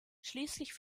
schließlich